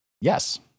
Yes